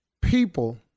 People